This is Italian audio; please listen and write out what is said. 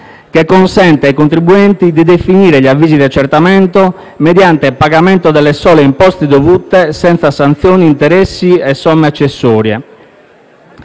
che consente ai contribuenti di definire gli avvisi di accertamento mediante il pagamento delle sole imposte dovute, senza sanzioni, interessi e somme accessorie;